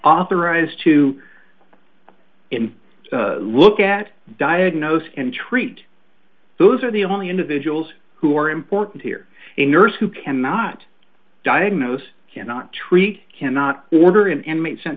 authorized to look at diagnose and treat those are the only individuals who are important here in nurse who cannot diagnose cannot treat cannot order in and meet sent